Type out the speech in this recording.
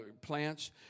plants